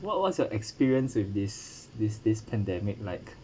what what's your experience with this this this pandemic like